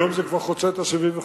היום זה כבר חוצה את ה-75%,